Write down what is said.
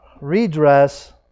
redress